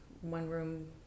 one-room